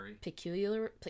Peculiar